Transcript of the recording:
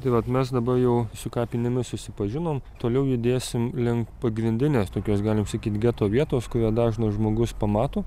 tai vat mes dabar jau su kapinėmis susipažinom toliau judėsim link pagrindinės tokios galim sakyt geto vietos kurioje dažnas žmogus pamato